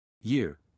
Year